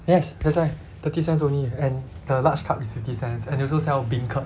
yes that's why thirty cents only and the large cup is fifty cents and they also sell beancurd